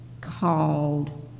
called